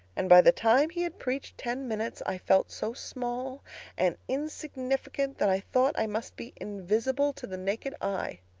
and, by the time he had preached ten minutes, i felt so small and insignificant that i thought i must be invisible to the naked eye.